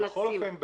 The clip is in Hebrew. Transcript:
בכל אופן,